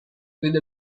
with